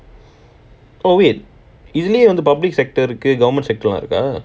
oh wait இதழயும் வந்து:ithaluyumwanthu public sector கு:ku government sector வருதா:waruthaa